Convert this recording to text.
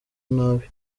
nabi